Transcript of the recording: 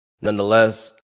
nonetheless